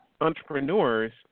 entrepreneurs